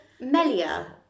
Melia